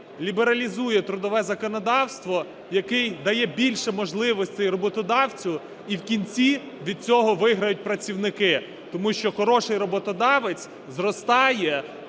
лібералізує трудове законодавство, який дає більше можливостей роботодавцю, і в кінці від цього виграють працівники, тому що хороший роботодавець зростає,